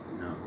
No